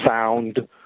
sound